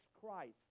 Christ